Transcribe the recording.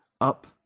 up